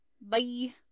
Bye